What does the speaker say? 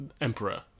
emperor